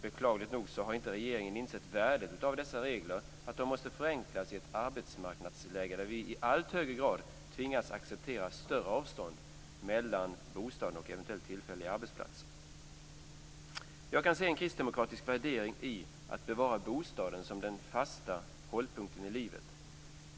Beklagligt nog har inte regeringen insett värdet av att dessa regler måste förenklas i ett arbetsmarknadsläge där vi i allt högre grad tvingas acceptera större avstånd mellan bostaden och eventuellt tillfälliga arbetsplatser. Jag kan se en kristdemokratisk värdering i tanken att bevara bostaden som den fasta hållpunkten i livet.